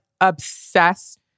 obsessed